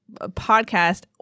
podcast